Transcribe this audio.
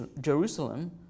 Jerusalem